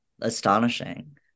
astonishing